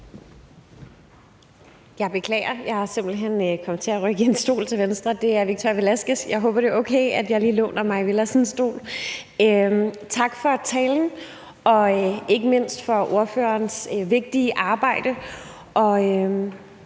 Jeg beklager, men jeg er simpelt hen kommet til at rykke en stol til venstre. Det er Victoria Velasquez. Jeg håber, det er okay, at jeg lige låner Mai Villadsens stol. Tak for talen og ikke mindst for ordførerens vigtige arbejde